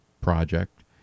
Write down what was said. project